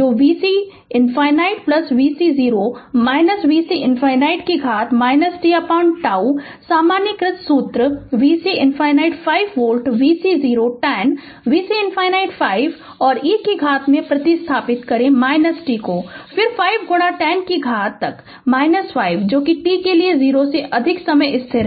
जो vc ∞ vc 0 vc ∞ e कि घात tτ सामान्यीकृत सूत्र vc ∞ 5 वोल्ट vc 0 10 vc ∞ 5 और e कि घात में प्रतिस्थापित करें t फिर 5 गुणा 10 कि घात तक - 5 जो कि t के लिए 0 से अधिक समय स्थिर है